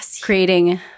creating